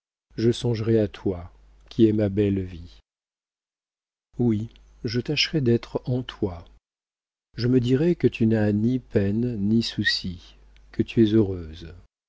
je songerai à toi qui es ma belle vie oui je tâcherai d'être en toi je me dirai que tu n'as ni peines ni soucis que tu es heureuse